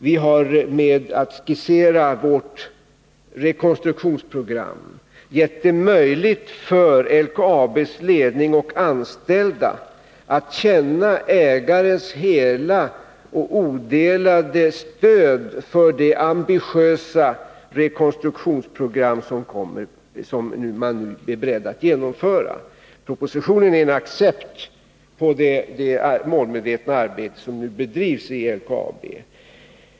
Vi har genom att skissera ett rekonstruktionsprogram gjort det möjligt för LKAB:sledning och anställda att känna ägarens hela och odelade stöd för det ambitiösa rekonstruktionsprogram man nu är beredd att genomföra. Propositionen är en accept av det målmedvetna arbete som nu bedrivs i LKAB.